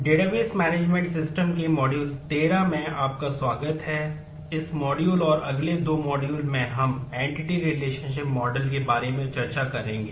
database management system के बारे में चर्चा करेंगे